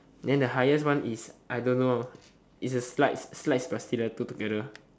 then the highest one is I don't know it's a slides slides plus stiletto together